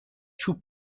چوب